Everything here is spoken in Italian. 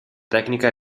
tecnica